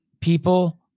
people